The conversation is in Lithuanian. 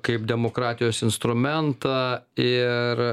kaip demokratijos instrumentą ir